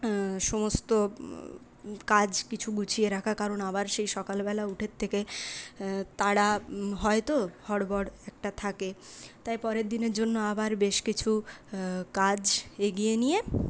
সমস্ত কাজ কিছু গুছিয়ে রাখা কারণ আবার সেই সকালবেলা উঠে থেকে তাড়া হয় তো হড়বড় একটা থাকে তাই পরের দিনের জন্য আবার বেশ কিছু কাজ এগিয়ে নিয়ে